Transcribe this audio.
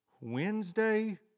Wednesday